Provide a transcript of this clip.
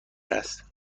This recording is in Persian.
است